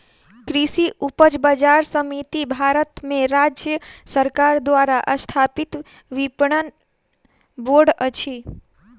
कृषि उपज बजार समिति भारत में राज्य सरकार द्वारा स्थापित विपणन बोर्ड अछि